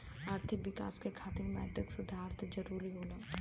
आर्थिक विकास क खातिर मौद्रिक सुधार जरुरी होला